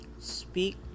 Speak